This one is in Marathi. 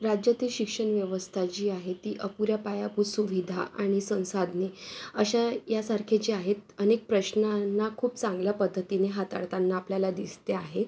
राज्यातील शिक्षण व्यवस्था जी आहे ती अपुऱ्या पायाभूत सुविधा आणि संसाधने अशा यासारखे जे आहेत अनेक प्रश्नांना खूप चांगल्या पद्धतीने हाताळताना आपल्याला दिसते आहे